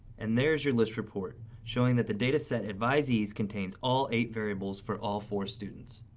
and there is your list report, showing that the data set advisees contains all eight variables for all four students.